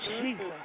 Jesus